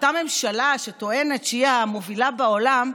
אותה ממשלה שטוענת שהיא המובילה בעולם,